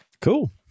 Cool